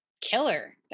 killer